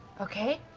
okay?